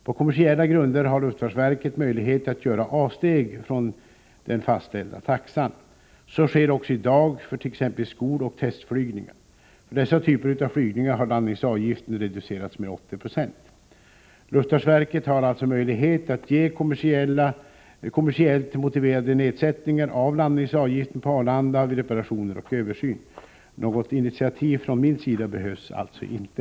På kommersiella grunder har luftfartsverket möjlighet att göra avsteg från den fastställda taxan. Så sker också i dag för t.ex. skoloch testflygningar. För dessa typer av flygningar har landningsavgiften reducerats med 80 90. Luftfartsverket har alltså möjlighet att ge kommersiellt motiverade nedsättningar av landningsavgiften på Arlanda vid reparationer och översyn. Något initiativ från min sida behövs alltså inte.